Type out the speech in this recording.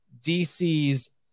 DC's